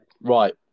Right